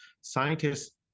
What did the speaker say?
scientists